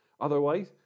Otherwise